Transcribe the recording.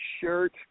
shirt